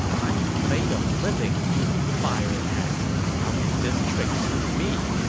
i have made a living using fire attacks. how can this trick fool me?